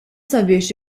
sabiex